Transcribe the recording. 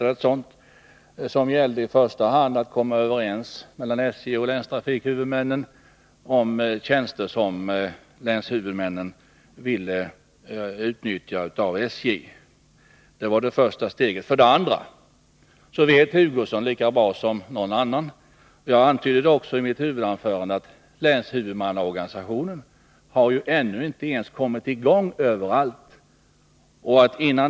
Det gällde främst att SJ och länstrafikhuvudmännen skulle komma överens om tjänster som länshuvudmännen ville utnyttja hos SJ. Det var det första steget. För det andra vet Kurt Hugosson lika bra som någon annan — jag antydde det också i mitt huvudanförande — att länshuvudmannaorganisationen ännu inte har ens kommit i gång överallt.